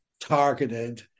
targeted